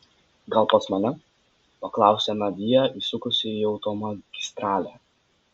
gal pas mane paklausė nadia įsukusi į automagistralę